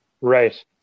Right